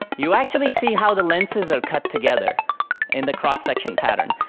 you actually see how the lenses are cut together in the cross-section pattern.